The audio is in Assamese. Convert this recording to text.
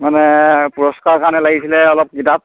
মানে পুৰস্কাৰ কাৰণে লাগিছিলে অলপ কিতাপ